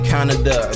Canada